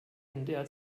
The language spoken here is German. ndr